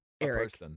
Eric